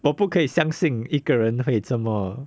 我不可以相信一个人会这么